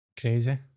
crazy